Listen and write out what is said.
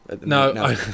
No